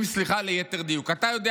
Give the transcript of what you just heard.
סליחה, ליתר דיוק, לא רשומים כיהודים.